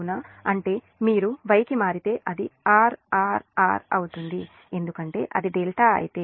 కాబట్టి మీరు Y కి మారితే అది R R R అవుతుంది ఎందుకంటే అది ∆ అయితే